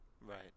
right